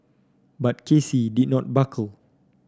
but K C did not buckle